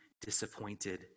disappointed